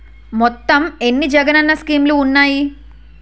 మొత్తం ఎన్ని జగనన్న స్కీమ్స్ ఉన్నాయి?